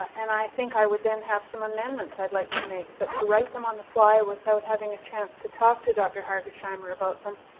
and i think i would then have some amendments i'd like to make. but to write them on the fly without having a chance to talk to dr. hargesheimer about them